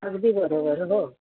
अगदी बरोबर हो